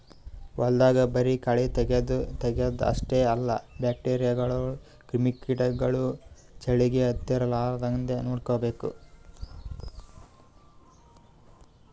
ಹೊಲ್ದಾಗ ಬರಿ ಕಳಿ ತಗ್ಯಾದ್ ಅಷ್ಟೇ ಅಲ್ಲ ಬ್ಯಾಕ್ಟೀರಿಯಾಗೋಳು ಕ್ರಿಮಿ ಕಿಟಗೊಳು ಬೆಳಿಗ್ ಹತ್ತಲಾರದಂಗ್ ನೋಡ್ಕೋಬೇಕ್